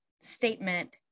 statement